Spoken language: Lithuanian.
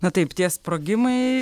na taip tie sprogimai